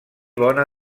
bona